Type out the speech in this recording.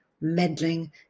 meddling